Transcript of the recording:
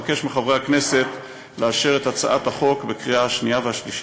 אבקש מחברי הכנסת לאשר את הצעת החוק בקריאה שנייה ושלישית.